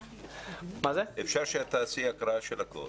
אפשר שתקראי את הכול.